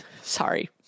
Sorry